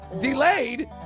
Delayed